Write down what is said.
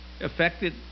affected